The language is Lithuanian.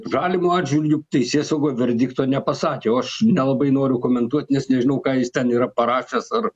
žalimo atžvilgiu teisėsauga verdikto nepasakė o aš nelabai noriu komentuot nes nežinau ką jis ten yra parašęs ar